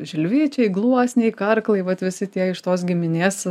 žilvičiai gluosniai karklai vat visi tie iš tos giminės